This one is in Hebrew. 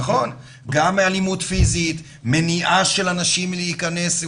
נכון, גם אלימות פיזית, מניעה של אנשים מלהיכנס.